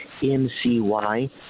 MCY